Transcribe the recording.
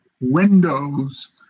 windows